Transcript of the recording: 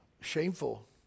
shameful